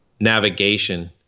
navigation